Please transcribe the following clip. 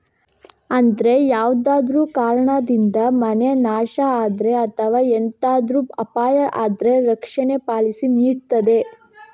ಅಂದ್ರೆ ಯಾವ್ದಾದ್ರೂ ಕಾರಣದಿಂದ ಮನೆ ನಾಶ ಆದ್ರೆ ಅಥವಾ ಎಂತಾದ್ರೂ ಅಪಾಯ ಆದ್ರೆ ರಕ್ಷಣೆ ಪಾಲಿಸಿ ನೀಡ್ತದೆ